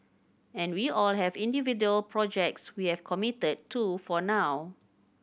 and we all have individual projects we have committed to for now